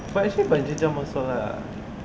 but actually bungee jump also lah